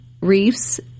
reefs